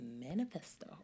manifesto